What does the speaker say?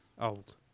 Old